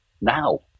now